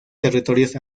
territorios